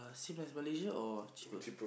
same as Malaysia or cheaper